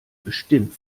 bestimmt